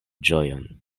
ĝojon